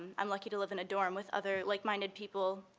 i'm lucky to live in a dorm with other like-minded people